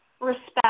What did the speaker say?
respect